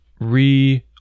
re-